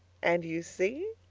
and you see!